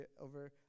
over